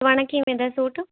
ਸਵਾਣਾ ਕਿਵੇਂ ਦਾ ਸੂਟ